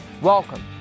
Welcome